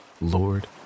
Lord